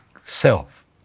self